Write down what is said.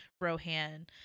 Rohan